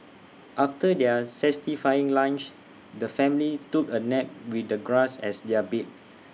after their satisfying lunch the family took A nap with the grass as their bed